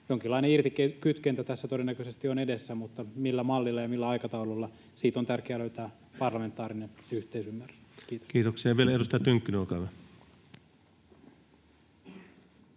jonkinlainen irtikytkentä tässä todennäköisesti on edessä, mutta millä mallilla ja millä aikataululla, siitä on tärkeää löytää parlamentaarinen yhteisymmärrys. — Kiitos. Kiitoksia. — Vielä edustaja Tynkkynen, olkaa hyvä.